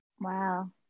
Wow